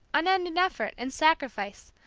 unending effort, and sacrifice,